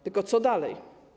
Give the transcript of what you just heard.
Tylko co dalej?